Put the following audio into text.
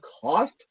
cost